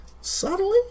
Subtly